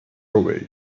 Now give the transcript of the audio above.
away